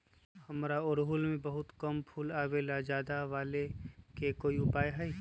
हमारा ओरहुल में बहुत कम फूल आवेला ज्यादा वाले के कोइ उपाय हैं?